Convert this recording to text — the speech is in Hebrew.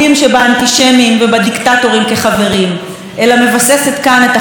אלא מבססת כאן את החזון של האבות המייסדים של הציונות: חברה חילונית,